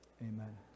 amen